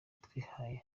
twihaye